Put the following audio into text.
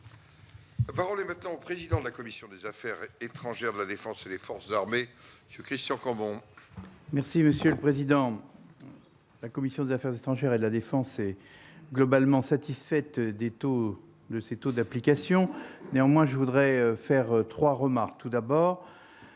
Parole est maintenant au président de la commission des Affaires étrangères de la Défense et des forces armées, Christian Cambon. Merci monsieur le président, la commission des affaires étrangères et de la Défense est globalement satisfaite des taux de ses taux d'application, néanmoins je voudrais faire 3 remarques tout d'abord